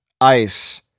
ice